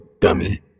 dummy